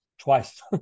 Twice